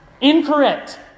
Incorrect